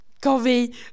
coffee